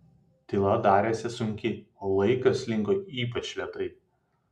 tyla darėsi sunki o laikas slinko ypač lėtai